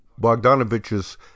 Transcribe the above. Bogdanovich's